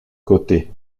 côté